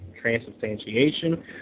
transubstantiation